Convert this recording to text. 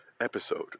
episode